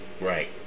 Right